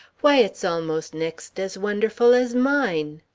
why, it's almost next as wonderful as mine!